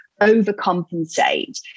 overcompensate